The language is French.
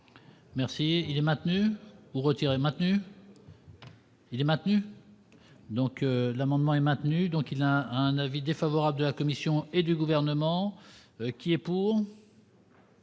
Merci, il est maintenant pour retirer maintenant il est maintenu. Donc, l'amendement est maintenu, donc il y a un avis défavorable de la Commission et du gouvernement qui est pour.